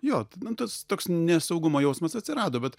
jo nu tas toks nesaugumo jausmas atsirado bet